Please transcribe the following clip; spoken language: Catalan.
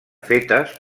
fetes